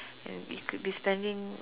you could be spending